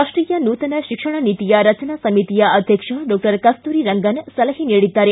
ರಾಷ್ವೀಯ ನೂತನ ಶಿಕ್ಷಣ ನೀತಿಯ ರಚನಾ ಸಮಿತಿಯ ಅಧ್ಯಕ್ಷ ಡಾಕಸ್ತೂರಿ ರಂಗನ್ ಸಲಹೆ ನೀಡಿದ್ದಾರೆ